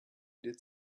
did